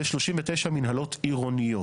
יש 39 מינהליות עירוניות.